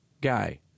guy